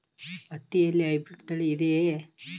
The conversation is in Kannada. ಹತ್ತಿಯಲ್ಲಿ ಹೈಬ್ರಿಡ್ ತಳಿ ಇದೆಯೇ?